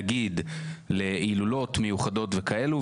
נגיד להילולות מיוחדות וכאלו,